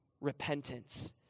repentance